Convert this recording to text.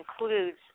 includes